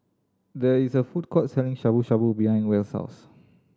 there is a food court selling Shabu Shabu behind Wells' house